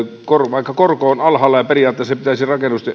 vaikka korko on alhaalla ja periaatteessa pitäisi